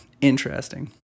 interesting